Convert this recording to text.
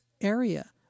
area